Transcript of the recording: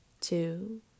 two